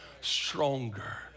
stronger